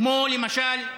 כמו, למשל,